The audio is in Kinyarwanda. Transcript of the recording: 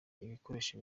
ibikoresho